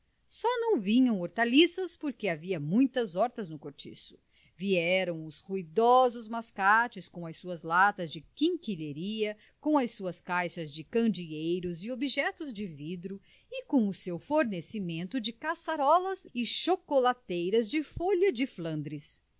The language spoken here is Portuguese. só não vinham hortaliças porque havia muitas hortas no cortiço vieram os ruidosos mascates com as suas latas de quinquilharia com as suas caixas de candeeiros e objetos de vidro e com o seu fornecimento de caçarolas e chocolateiras de folha de flandres cada